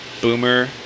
Boomer